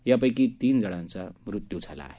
यापैकी तीन जणांचा मृत्यू झाला आहे